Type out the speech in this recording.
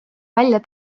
välja